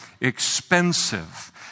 expensive